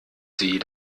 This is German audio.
sie